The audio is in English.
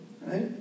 right